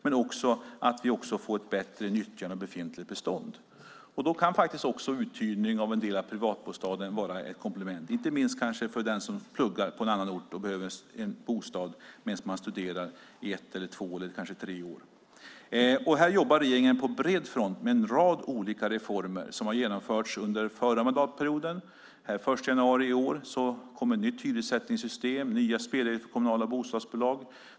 Det handlar också om att få ett bättre nyttjande av befintligt bestånd. Då kan uthyrning av en del av privatbostaden vara ett komplement, inte minst för den som pluggar på annan ort och behöver en bostad under ett, två eller tre år. Här jobbar regeringen på bred front med en rad olika reformer. Den 1 januari i år kom ett nytt hyressättningssystem och nya spelregler för kommunala bostadsbolag.